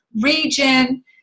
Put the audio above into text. region